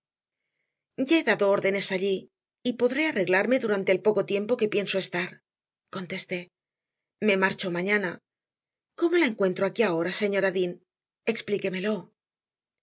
ya he dado órdenes allí y podré arreglarme durante el poco tiempo que pienso estar contesté me marcho mañana cómo la encuentro aquí ahora señora dean explíquemelo